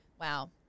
Wow